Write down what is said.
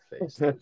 face